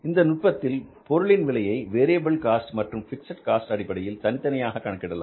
இந்த நுட்பத்தில் பொருளின் விலையை வேரியபில் காஸ்ட் மற்றும் பிக்ஸட் காஸ்ட் அடிப்படையில் தனித்தனியாக கணக்கிடலாம்